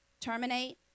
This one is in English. terminate